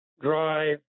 drive